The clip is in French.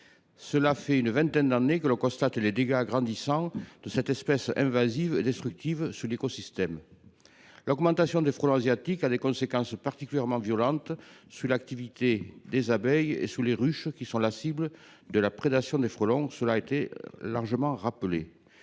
Cela fait une vingtaine d’années que l’on constate les dégâts grandissants de cette espèce invasive et destructive sur l’écosystème. L’augmentation du nombre des frelons asiatiques a des conséquences particulièrement violentes sur l’activité des abeilles et sur les ruches, qui sont la cible de la prédation des frelons. Dans certains